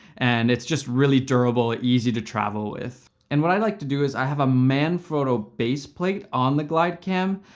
and it's just really durable, easy to travel with. and what i like to do is i have a manfrotto base plate on the glidecam,